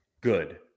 good